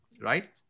right